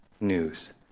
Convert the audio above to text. news